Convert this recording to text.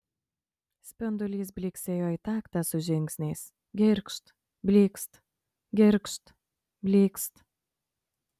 spindulys blyksėjo į taktą su žingsniais girgžt blykst girgžt blykst